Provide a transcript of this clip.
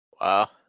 Wow